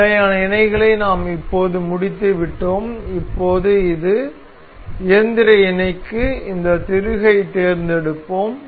இந்த நிலையான இணைகளை நாம் இப்போது முடித்துவிட்டோம் இப்போது இந்த இயந்திர இணைக்கு இந்த திருகை தேர்ந்தெடுப்போம்